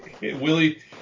Willie